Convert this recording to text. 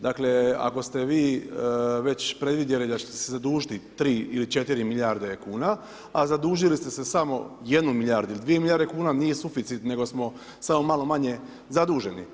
Dakle, ako ste vi već predvidjeli da ćete se zadužiti 3 ili 4 milijarde kuna, a zadužili ste se samo 1 milijardu ili 2 milijarde kuna nije suficit, nego smo samo malo manje zaduženi.